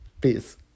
Peace